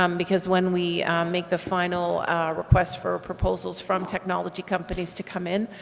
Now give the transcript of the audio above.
um because when we make the final request for proposals from technology companies to come in,